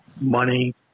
money